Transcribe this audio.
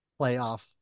playoff